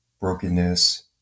brokenness